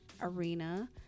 arena